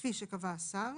כפי שקבע השר,